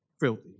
filthy